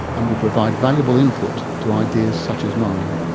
and will provide valuable input to ideas such as mine.